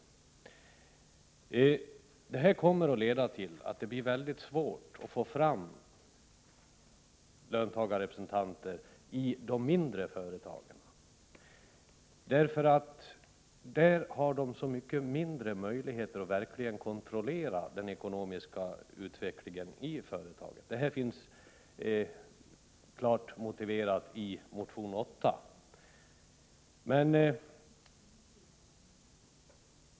Ett sådant personligt betalningsansvar kommer att leda till att det blir mycket svårt att få fram löntagarrepresentanter i de mindre företagens styrelser. Där har de små möjligheter att verkligen kontrollera den ekonomiska utvecklingen i företaget. Det finns klart motiverat i motion 8.